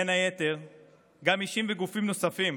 גם אישים וגופים נוספים,